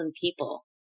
people